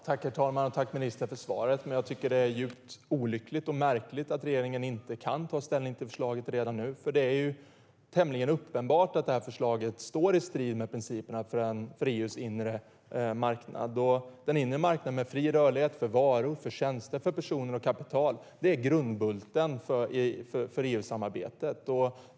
Herr talman! Jag tackar ministern för svaret, men jag tycker att det är djupt olyckligt och märkligt att regeringen inte kan ta ställning till förslaget redan nu. Det är tämligen uppenbart att förslaget står i strid med principerna för EU:s inre marknad. Den inre marknaden med fri rörlighet för varor, tjänster, personer och kapital är grundbulten i EU-samarbetet.